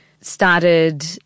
started